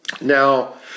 Now